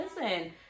listen